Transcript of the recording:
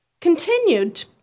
continued